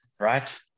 Right